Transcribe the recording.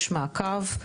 יש מעקב,